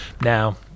Now